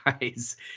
guys